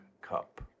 cup